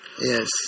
yes